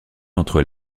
entre